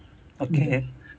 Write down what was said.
okay